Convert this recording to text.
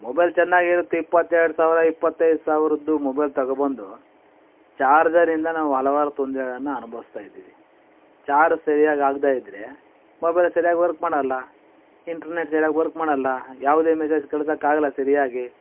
mobile ಚೆನ್ನಾಗಿರುತ್ತೆ ಇಪ್ಪತ್ತೆರಡು ಸಾವಿರ ಇಪ್ಪತ್ತೈದು ಸಾವಿರದ್ದು ಮೊಬೈಲ್ ತಗೊಬಂದು ಚಾರ್ಜರ್ ಇಂದ ನಾವು ಹಲವಾರು ತೊಂದರೆಗಳನ್ನು ಅನುಭವಿಸ್ತಾಯಿದ್ದೇವೆ ಚಾರ್ಜ್ ಸರಿಯಾಗಿ ಆಗದೇ ಇದ್ರೆ ಮೊಬೈಲ್ ಸರಿಯಾಗಿ ವರ್ಕ್ ಮಾಡಲ್ಲ ಇಂಟ್ರೆನೆಟ್ ಸರಿಯಾಗಿ ವರ್ಕ್ ಮಾಡಲ್ಲ ಯಾವುದೇ ಮೆಸ್ಸೇಜ್ ಕಳ್ಸೋಕ್ಕೆ ಆಗಲ್ಲ ಸರಿಯಾಗಿ